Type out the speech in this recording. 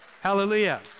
Hallelujah